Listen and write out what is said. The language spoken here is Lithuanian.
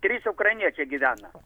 trys ukrainiečiai gyvena